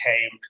came